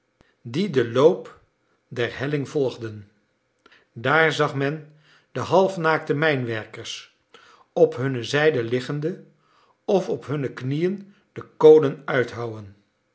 die den loop der helling volgden daar zag men de halfnaakte mijnwerkers op hunne zijde liggende of op hunne knieën de kolen uithouwen